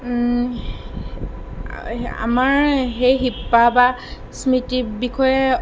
আমাৰ সেই শিপা বা স্মৃতিৰ বিষয়ে